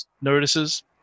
notices